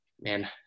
man